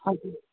हजुर